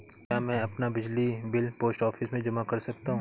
क्या मैं अपना बिजली बिल पोस्ट ऑफिस में जमा कर सकता हूँ?